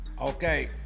Okay